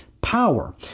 power